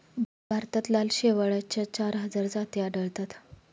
भारतात लाल शेवाळाच्या चार हजार जाती आढळतात